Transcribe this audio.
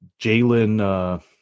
Jalen